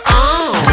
on